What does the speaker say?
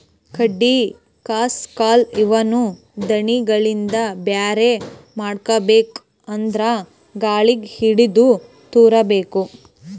ಕಡ್ಡಿ ಕಸ ಕಲ್ಲ್ ಇವನ್ನ ದಾಣಿಗಳಿಂದ ಬ್ಯಾರೆ ಮಾಡ್ಬೇಕ್ ಅಂದ್ರ ಗಾಳಿಗ್ ಹಿಡದು ತೂರಬೇಕು